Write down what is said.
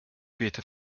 beete